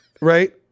right